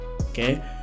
Okay